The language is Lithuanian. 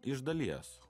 iš dalies